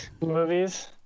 movies